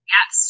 Yes